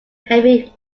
heavy